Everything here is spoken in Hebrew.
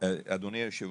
אדוני היושב-ראש,